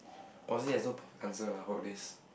Aussie has no perfect answer lah all this